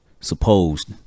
supposed